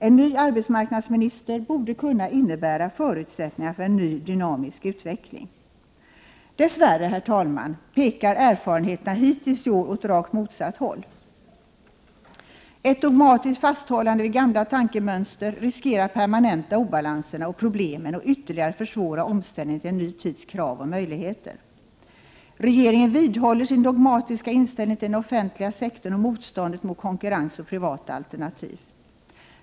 En ny arbetsmarknadsminister borde kunna innebära förutsättningar för en ny dynamisk utveckling. Dess värre pekar erfarenheterna hittills åt rakt motsatt håll. Ett dogmatiskt fasthållande vid gamla tankemönster riskerar att permanenta obalanserna och problemen och ytterligare försvåra omställningen till en ny tids krav och möjligheter. Regeringen vidhåller sin dogmatiska inställning till den offentliga sektorn och motståndet mot konkurrens och privata alternativ.